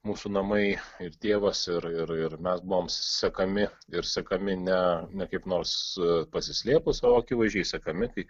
mūsų namai ir tėvas ir ir mes buvome sekami ir sekami ne kaip nors pasislėpus o akivaizdžiai sekami kai